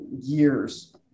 years